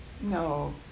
No